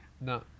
No